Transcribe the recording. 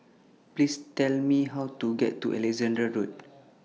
Please Tell Me How to get to Alexandra Road